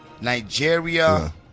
Nigeria